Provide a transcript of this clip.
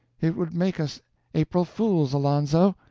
it would make us april fools, alonzo!